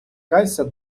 кайся